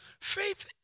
faith